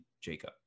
jacob